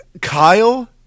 Kyle